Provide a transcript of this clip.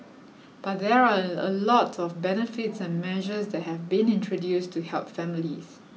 but there are a a lot of benefits and measures that have been introduced to help families